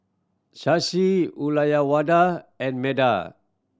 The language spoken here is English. Shashi Ulayawada and Medha